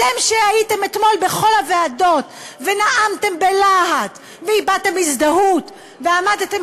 אתם שהייתם אתמול בכל הוועדות ונאמתם בלהט והבעתם הזדהות ועמדתם